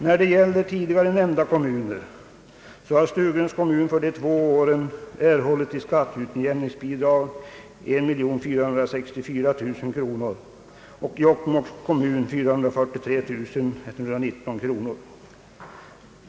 När det gäller tidigare nämnda kommuner så har Stuguns kommun för de två åren erhållit i skatteutjämningsbidrag 1464 400 kronor och Jokkmokks kommun 443 119 kronor.